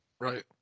Right